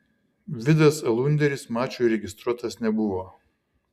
vidas alunderis mačui registruotas nebuvo